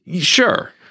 Sure